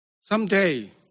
Someday